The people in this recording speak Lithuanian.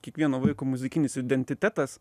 kiekvieno vaiko muzikinis identitetas